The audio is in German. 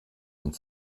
und